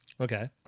Okay